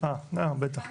אפשר